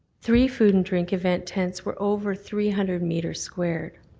three food and drink event tents were over three hundred metres square.